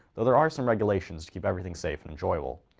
though there are some regulations to keep everything safe and enjoyable.